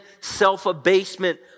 self-abasement